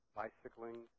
bicycling